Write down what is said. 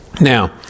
Now